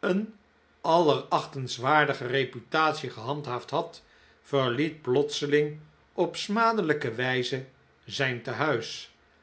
een allerachtenswaardige reputatie gehandhaafd had verliet plotseling op smadelijke wijze zijn tehuis